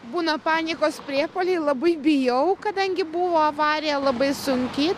būna panikos priepuoliai labai bijau kadangi buvo avarija labai sunki